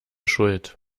schuld